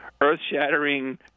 earth-shattering